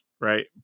right